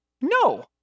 no